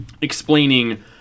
explaining